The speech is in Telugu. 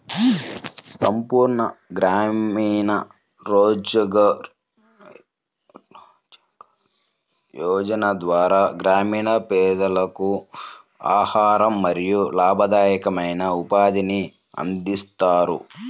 సంపూర్ణ గ్రామీణ రోజ్గార్ యోజన ద్వారా గ్రామీణ పేదలకు ఆహారం మరియు లాభదాయకమైన ఉపాధిని అందిస్తారు